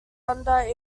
under